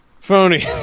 phony